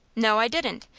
no, i didn't.